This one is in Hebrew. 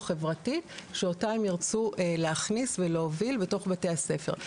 חברתית שאותם ירצו להכניס ולהוביל בתי הספר.